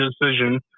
decision